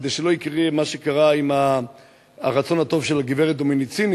כדי שלא יקרה מה שקרה עם הרצון הטוב של הגברת דומיניסיני,